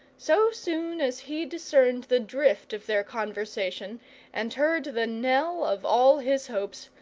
so soon as he discerned the drift of their conversation and heard the knell of all his hopes,